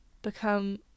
become